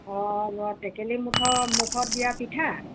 অঁ টেকেলি মুখ মুখত দিয়া পিঠা